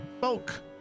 bulk